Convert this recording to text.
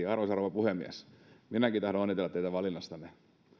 arvoisa rouva puhemies minäkin tahdon onnitella teitä valinnastanne